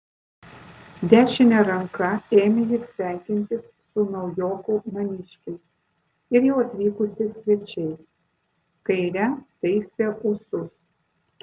dešine ranka ėmė jis sveikintis su naujokų namiškiais ir jau atvykusiais svečiais kaire taisė ūsus